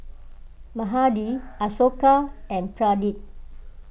Mahade Ashoka and Pradip